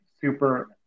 super